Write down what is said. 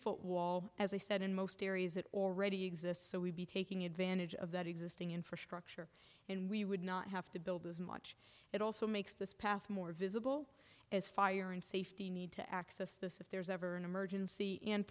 foot wall as i said in most areas that already exists so we be taking advantage of that existing infrastructure and we would not have to build as much it also makes this path more visible as fire and safety need to access this if there's ever an emergency and